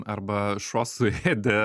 arba šuo suėdė